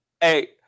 Hey